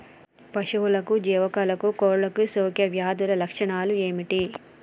పశువులకు జీవాలకు కోళ్ళకు సోకే వ్యాధుల లక్షణాలు ఏమిటి?